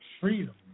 Freedom